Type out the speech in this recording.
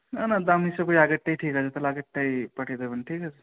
না না দাম হিসাবে ওই আগেরটাই ঠিক আছে তাহলে আগেরটাই পাঠিয়ে দেবেন ঠিক আছে